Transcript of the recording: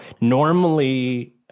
normally